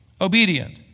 obedient